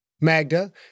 Magda